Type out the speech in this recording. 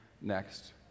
next